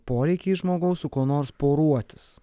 poreikiai žmogaus su kuo nors poruotis